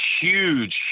huge